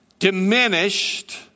diminished